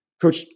coach